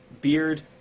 beard